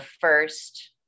first